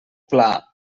pla